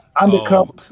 undercover